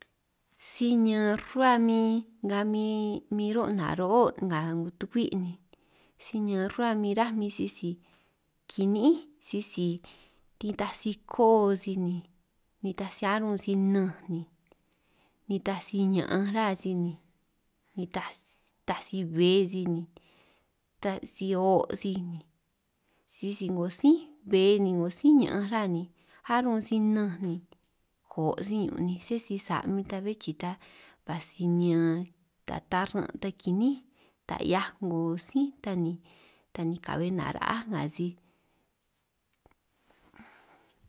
Si ña'an rruhua min nga min min ro' naro'o' nga 'ngo tukwi' ni, si ñaan rruhua min ráj min sisi kini'ín' sisi nitaj si koo sij ni, nitaj si achrún si nnanj, nitaj si ña'anj rá sij ni, nitaj si bbe sij ni, nita si o' sij ni, sisi 'ngo sí bbe 'ngo si ña'anj rá arunj sij nnanj ni, ko' si ñun' ni sé sí sa' bé chii ta ba sinin ñan ta taran' ta kiníin ta 'hiaj 'ngo sí ta ni ka'be nara'á nga sij.